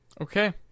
Okay